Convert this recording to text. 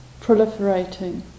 proliferating